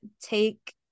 take